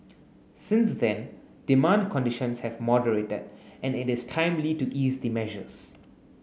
since then demand conditions have moderated and it is timely to ease the measures